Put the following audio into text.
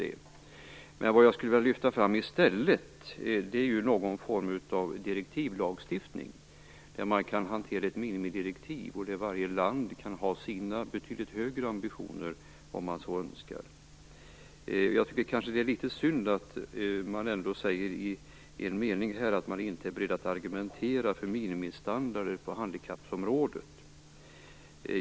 I stället vill jag lyfta fram någon form av direktivlagstiftning där man kan hantera ett minimidirektiv, och där varje land kan ha sina, betydligt högre, ambitioner om så önskas. Jag tycker att det är litet synd att man inom regeringen inte säger sig vara beredd att argumentera för minimistandarder på handikappområdet.